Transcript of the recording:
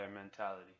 mentality